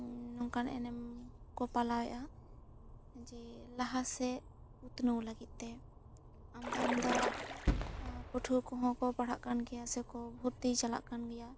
ᱱᱚᱝᱠᱟᱱ ᱮᱱᱮᱢ ᱠᱚ ᱯᱟᱞᱟᱣ ᱮᱫᱟ ᱡᱮ ᱞᱟᱦᱟ ᱥᱮᱫ ᱩᱛᱱᱟᱹᱣ ᱞᱟᱹᱜᱤᱫ ᱛᱮ ᱟᱢᱫᱟ ᱟᱢᱫᱟ ᱯᱟᱹᱴᱷᱩᱣᱟᱹ ᱠᱚ ᱦᱚᱸ ᱠᱚ ᱯᱟᱲᱦᱟᱜ ᱠᱟᱱ ᱜᱮᱭᱟ ᱥᱮ ᱠᱚ ᱵᱷᱚᱨᱛᱤ ᱪᱟᱞᱟᱜ ᱠᱟᱱ ᱜᱮᱭᱟ